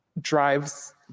drives